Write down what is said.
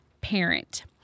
parent